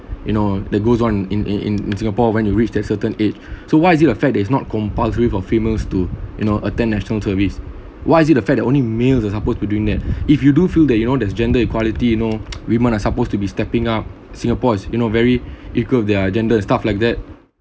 you know that goes on in in in in singapore when you reach that certain age so why is it the fact that is not compulsory for females to you know attend national service why is it the fact that only males are supposed to doing that if you do feel that you know there's gender equality you know women are supposed to be stepping up singapore is you know very eager their agenda stuff like that